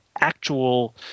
actual